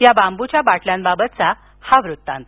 या बांबूच्या बाटल्यांबाबतचा हा वृत्तांत